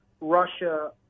Russia